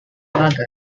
magi